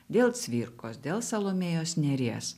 dėl cvirkos dėl salomėjos nėries